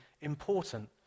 important